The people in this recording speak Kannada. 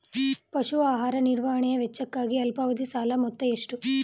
ಪಶು ಆಹಾರ ನಿರ್ವಹಣೆ ವೆಚ್ಚಕ್ಕಾಗಿ ಅಲ್ಪಾವಧಿ ಸಾಲದ ಮೊತ್ತ ಎಷ್ಟು?